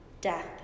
Death